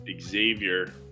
Xavier